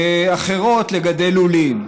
אחרות, להקים לולים.